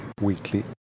Weekly